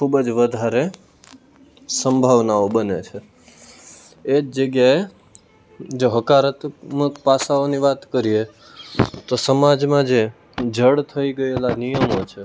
ખૂબ જ વધારે સંભાવનાઓ બને છે જો એ જ જગ્યાએ જો હકારાત્મક પાસાઓની વાત કરીએ તો સમાજમાં જે જડ થઈ ગયેલા નિયમો છે